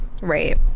Right